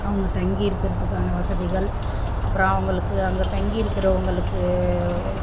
அவங்க தங்கியிருக்கிறதுக்கான வசதிகள் அப்புறம் அவங்களுக்கு அங்கே தங்கியிருக்கிறவங்களுக்கு